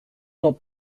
not